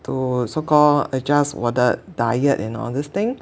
to so call adjust 我的 diet and all this thing